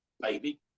baby